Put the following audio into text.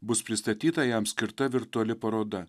bus pristatyta jam skirta virtuali paroda